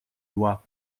два